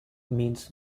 means